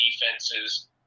defenses